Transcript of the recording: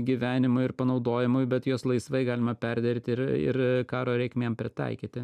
gyvenimui ir panaudojimui bet juos laisvai galima perdirbti ir karo reikmėm pritaikyti